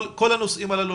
כל הנושאים הללו,